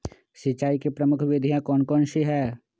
सिंचाई की प्रमुख विधियां कौन कौन सी है?